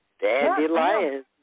Dandelions